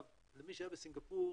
למי שהיה בסינגפור,